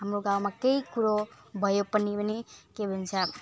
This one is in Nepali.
हाम्रो गाउँमा केही कुरो भयो पनि भने के भन्छ